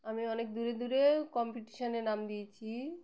আমি অনেক দূরে দূরেও কম্পিটিশনে নাম দিয়েছি